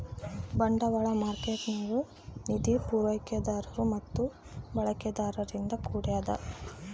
ಬಂಡವಾಳ ಮಾರ್ಕೇಟ್ಗುಳು ನಿಧಿಯ ಪೂರೈಕೆದಾರರು ಮತ್ತು ಬಳಕೆದಾರರಿಂದ ಕೂಡ್ಯದ